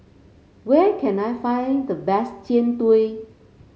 where can I find the best Jian Dui